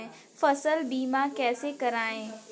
फसल बीमा कैसे कराएँ?